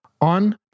on